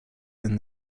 and